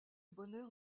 bonheur